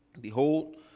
Behold